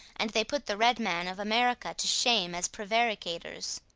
and they put the red man of america to shame as prevaricators.